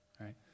right